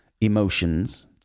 emotions